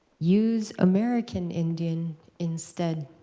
use american indian instead.